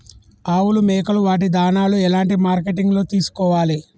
ఆవులు మేకలు వాటి దాణాలు ఎలాంటి మార్కెటింగ్ లో తీసుకోవాలి?